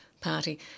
party